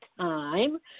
Time